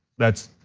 that's,